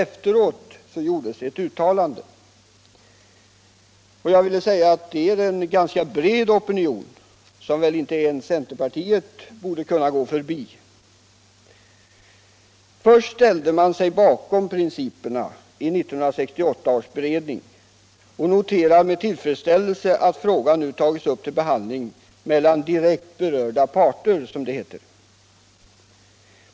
Efter detta gjorde riksmötet ett uttalande. Det är en ganska bred opinion, som väl inte ens centerpartiet borde kunna gå förbi. Man ställde sig i uttalandet först bakom principerna i 1968 års beredning och noterade med tillfredsställelse att frågan nu tagits upp till behandling mellan direkt berörda parter, som det hette.